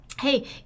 hey